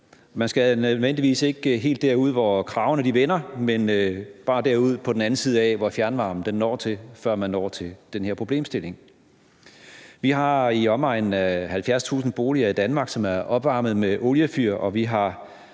Man skal ikke nødvendigvis helt derud, hvor kragerne vender, men bare derud på den anden side af, hvor fjernvarmen når til, før man når til den her problemstilling. Vi har i omegnen af 70.000 boliger i Danmark, som er opvarmet med oliefyr, og vi har